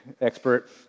expert